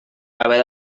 haver